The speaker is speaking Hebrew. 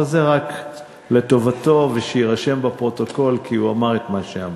אבל זה רק לטובתו ושיירשם בפרוטוקול כי הוא אמר את מה שאמר.